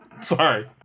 Sorry